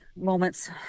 moments